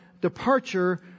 departure